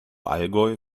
allgäu